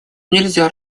нельзя